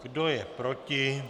Kdo je proti?